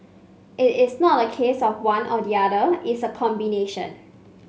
it is not a case of one or the other it's a combination